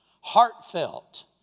heartfelt